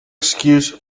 excuse